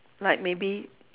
like maybe